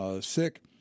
sick